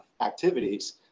activities